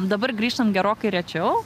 dabar grįžtam gerokai rečiau